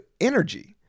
energy